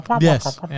Yes